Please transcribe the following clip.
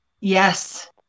Yes